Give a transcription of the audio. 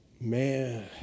Man